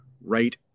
right